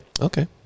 Okay